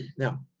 now,